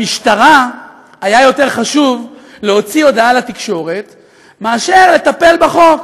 למשטרה היה חשוב יותר להוציא הודעה לתקשורת מאשר לטפל בחוק.